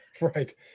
Right